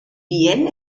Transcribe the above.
bien